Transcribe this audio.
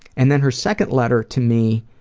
and then her second letter to me,